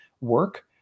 work